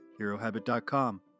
HeroHabit.com